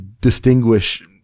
distinguish